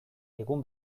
egun